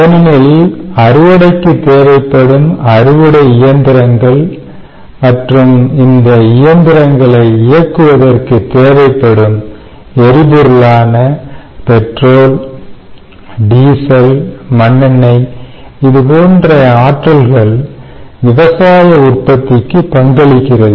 ஏனெனில் அறுவடைக்கு தேவைப்படும் அறுவடை இயந்திரங்கள் மற்றும் இந்த இயந்திரங்களை இயக்குவதற்கு தேவைப்படும் எரிபொருளான பெட்ரோல் டீசல் மண்ணெண்ணெய் இது போன்ற ஆற்றல்கள் விவசாய உற்பத்திக்கு பங்களிக்கிறது